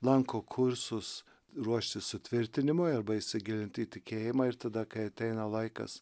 lanko kursus ruoštis sutvirtinimui arba įsigilinti į tikėjimą ir tada kai ateina laikas